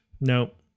Nope